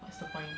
what's the point